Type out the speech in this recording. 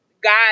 God